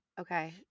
Okay